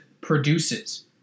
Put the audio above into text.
produces